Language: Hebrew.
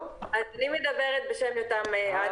אני מדברת בשם יותם אדמי.